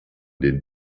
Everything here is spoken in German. den